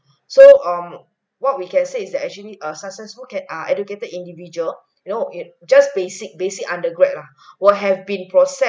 so um what we can say is that actually a successful can err educated individual you know it just basic basic undergrad ah will have been process~